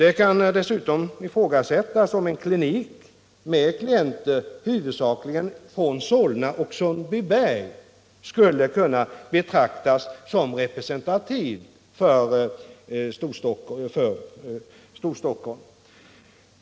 Det kan dessutom ifrågasättas om en klinik med klienter huvudsakligen från Solna och Sundbyberg kan betraktas som representativ för Storstockholm.